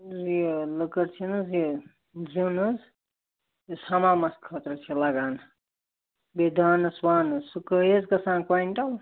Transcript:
یہِ لٔکٕر چھِنہٕ حظ یہِ زیُن حظ یُس حَمامس خٲطرٕ چھُ لَگان بیٚیہِ دانس وانس سُہ کٔے حظ گَژھان کۄنٛٹل